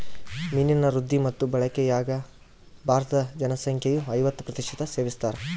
ಮೀನಿನ ವೃದ್ಧಿ ಮತ್ತು ಬಳಕೆಯಾಗ ಭಾರತೀದ ಜನಸಂಖ್ಯೆಯು ಐವತ್ತು ಪ್ರತಿಶತ ಸೇವಿಸ್ತಾರ